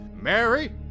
Mary